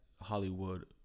Hollywood